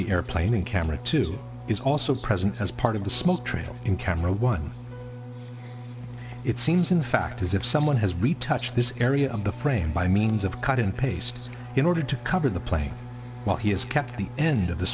the airplane in camera two is also present as part of the small trail in camera one it seems in fact as if someone has retouched this area of the frame by means of cut and paste in order to cover the plane while he has kept the end of the